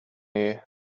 here